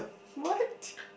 what